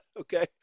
Okay